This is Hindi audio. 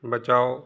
बचाओ